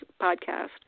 podcast